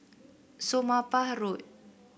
Somapah Road